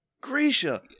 Grisha